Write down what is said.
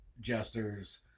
Jesters